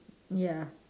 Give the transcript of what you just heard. ya